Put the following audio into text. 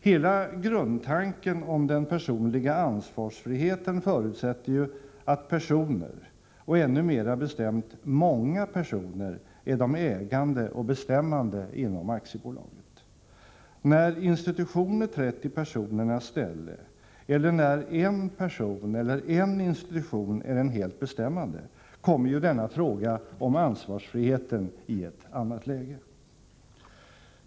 Hela grundtanken om den personliga ansvarsfriheten förutsätter att personer — ännu mera bestämt: många personer — är de ägande och bestämmande inom aktiebolaget. När institutioner trätt i personernas ställe eller när en person eller en institution är den helt bestämmande, kommer ju frågan om ansvarsfriheten i ett annat läge.